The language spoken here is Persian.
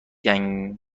کنشگرها